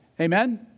Amen